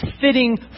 fitting